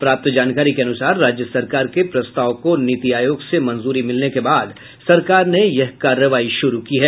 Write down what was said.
प्राप्त जानकारी के अनुसार राज्य सरकार के प्रस्ताव को नीति आयोग से मंजूरी मिलने के बाद सरकार ने यह कार्रवाई शुरू की है